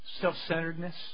self-centeredness